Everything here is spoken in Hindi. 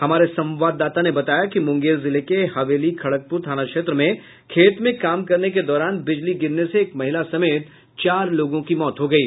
हमारे संवाददाता ने बताया कि मुंगेर जिले के हवेली खड़गपुर थाना क्षेत्र में खेत में काम करने के दौरान बिजली गिरने से एक महिला समेत चार लोगों की मौत हो गयी